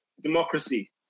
democracy